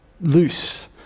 loose